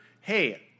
hey